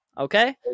okay